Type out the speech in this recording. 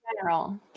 general